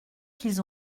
qu’ils